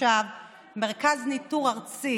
עכשיו מרכז ניטור ארצי